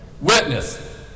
witness